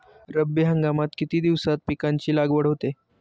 रब्बी हंगामात किती दिवसांत पिकांची लागवड होते?